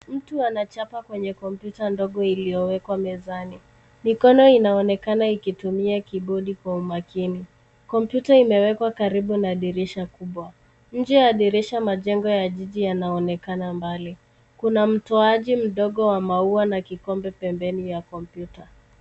Mtu anachapa kwenye kompyuta ndogo iliyowekwa mezani. Mikono inaonekana ikitumia kibodi kwa umakini. Kompyuta imewekwa karibu na dirisha kubwa. Nje ya dirisha, majengo ya jiji yanaonekana mbali. Kuna mtoaji mdogo wa maua na kikombe pembeni ya kompyuta.